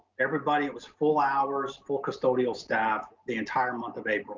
everybody, it was full hours, full custodial staff the entire month of